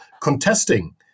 contesting